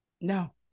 No